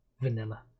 vanilla